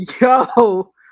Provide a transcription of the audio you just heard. Yo